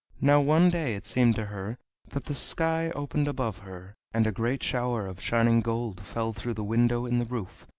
now one day it seemed to her that the sky opened above her, and a great shower of shining gold fell through the window in the roof,